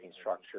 structure